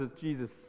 Jesus